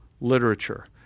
literature